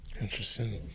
Interesting